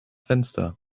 fenster